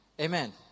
Amen